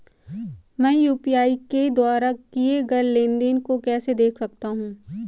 मैं यू.पी.आई के द्वारा किए गए लेनदेन को कैसे देख सकता हूं?